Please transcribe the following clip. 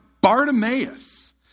Bartimaeus